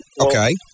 Okay